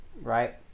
right